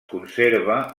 conserva